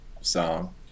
song